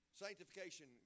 Sanctification